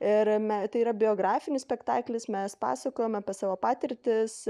ir me tai yra biografinis spektaklis mes pasakojam apie savo patirtis